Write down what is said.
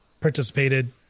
participated